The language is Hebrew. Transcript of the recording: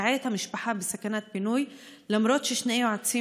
כעת המשפחה בסכנת פינוי למרות ששני יועצים